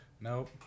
Nope